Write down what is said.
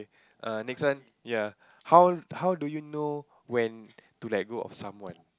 err next one ya how how do you know when to let go of someone